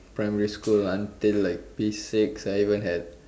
primary school until like P six I even had